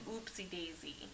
oopsie-daisy